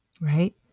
right